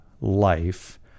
life